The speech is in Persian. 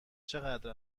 چقدر